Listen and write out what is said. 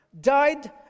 died